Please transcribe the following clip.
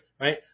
right